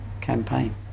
campaign